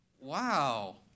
Wow